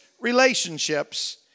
relationships